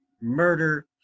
murder